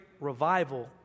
revival